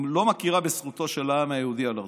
מכירה בזכותו של העם היהודי על ארצו.